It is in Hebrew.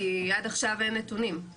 כי עד עכשיו אין נתונים.